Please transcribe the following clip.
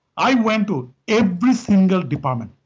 i went to every single department,